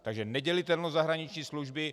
Takže nedělitelnost zahraniční služby.